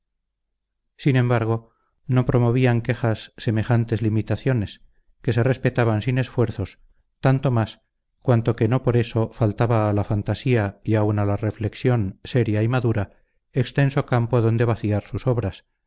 sin embargo no promovían quejas semejantes limitaciones que se respetaban sin esfuerzos tanto más cuanto que no por eso faltaba a la fantasía y aun a la reflexión seria y madura extenso campo donde vaciar sus obras